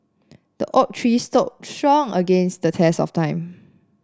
the oak tree stood strong against the test of time